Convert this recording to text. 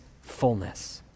fullness